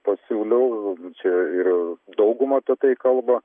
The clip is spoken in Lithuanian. pasiūliau čia ir dauguma apie tai kalba